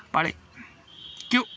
Pali Q